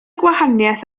gwahaniaeth